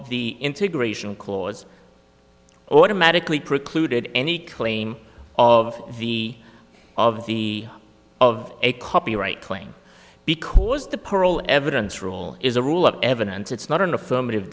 the integration clause automatically precluded any claim of the of the of a copyright claim because the parole evidence rule is a rule of evidence it's not an affirmative